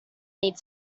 need